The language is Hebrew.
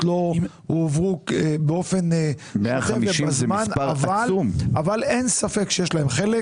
לא הועברו בזמן אבל אין ספק שיש להם חלק.